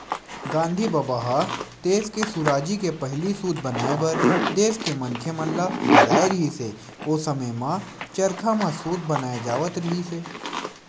गांधी बबा ह देस के सुराजी के पहिली सूत बनाए बर देस के मनखे मन ल जगाए रिहिस हे, ओ समे म चरखा म सूत बनाए जावत रिहिस हे